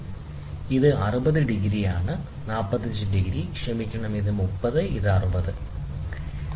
അതിനാൽ ഇത് 60 ഡിഗ്രിയാണ് ഇത് 45 ഡിഗ്രി ക്ഷമിക്കണം ഇത് 30 ഡിഗ്രിയാണ് ഇത് 60 ഡിഗ്രിയാണ്